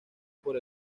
por